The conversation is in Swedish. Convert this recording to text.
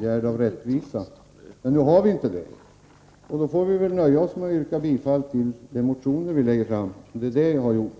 gärd av rättvisa. Men nu är inte så fallet, och då får vi nöja oss med att yrka bifall till de motioner som vi har väckt. Det är också detta jag har gjort.